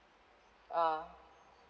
ah